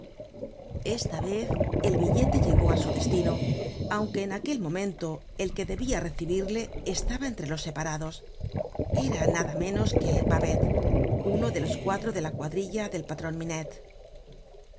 esta vez el billete llegó á su destino aunque en aquel momento el que debia recibirle estaba entre los separados era nada menos que babet uno delos cuatro de la cuadrilla del patron minette